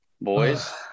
Boys